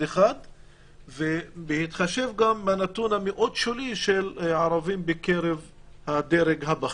אחד ובהתחשב גם בנתון המאוד שולי של ערבים בקרב הדרג הבכיר.